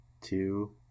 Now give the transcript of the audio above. two